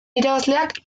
irabazleak